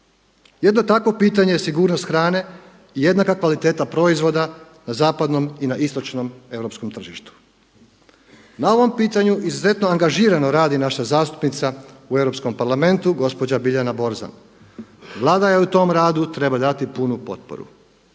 Jedno takvo pitanje je sigurnost hrane i jednaka kvaliteta proizvoda na zapadnom i na istočnom europskom tržištu. Na ovom pitanju izuzetno angažirano radi naša zastupnica u Europskom parlamentu gospođa Biljana Borzan. Vlada joj u tom radu treba dati punu potporu.